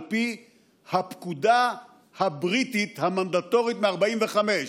פי הפקודה הבריטית המנדטורית מ-1945,